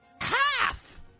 half